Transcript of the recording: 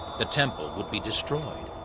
the temple would be destroyed,